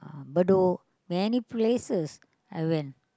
Bedok many places I went